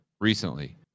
recently